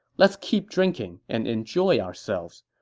let's keep drinking and enjoy ourselves.